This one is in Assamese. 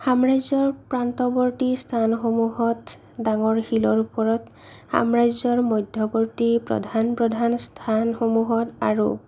সাম্ৰাজ্য়ৰ প্ৰান্তৱৰ্তী স্থানসমূহত ডাঙৰ শিলৰ ওপৰত সাম্ৰাজ্যৰ মধ্যৱৰ্তী প্ৰধান প্ৰধান স্থানসমূহত আৰু